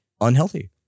unhealthy